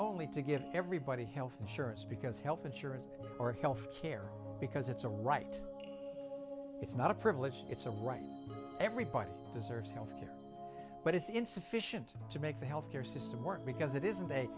only to get everybody health insurance because health insurance or health care because it's a right it's not a privilege it's a right everybody deserves health care but it's insufficient to make the health care system work because it isn't